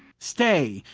stay,